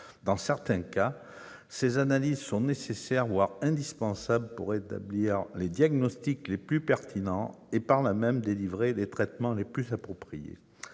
Dans certains cas, ces analyses sont nécessaires, voire indispensables, pour établir les diagnostics les plus pertinents et, par là même, prescrire les traitements les plus appropriés.